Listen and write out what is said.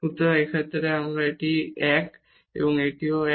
সুতরাং এই ক্ষেত্রে আবার এটি 1 এবং এটিও 1